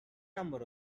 number